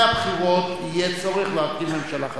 שלפני הבחירות יהיה צורך להרכיב ממשלה חדשה.